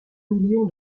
million